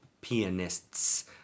Pianists